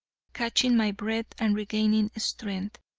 catching my breath and regaining strength.